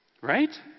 Right